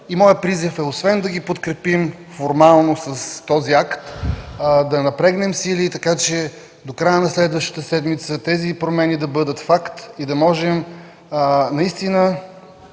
Моят призив е, освен да ги подкрепим формално с този акт, да напрегнем сили така, че до края на следващата седмица тези промени да бъдат факт, да можем наистина